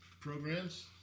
programs